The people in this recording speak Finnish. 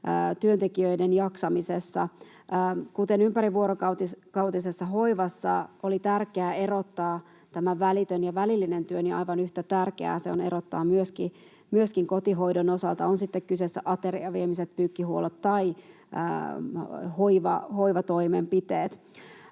työntekijöiden arjen jaksamisessa. Kuten ympärivuorokautisessa hoivassa oli tärkeää erottaa välitön ja välillinen työ, niin aivan yhtä tärkeää ne on erottaa myöskin kotihoidon osalta, on sitten kyseessä ateriaviemiset, pyykkihuolto tai hoivatoimenpiteet.